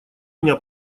меня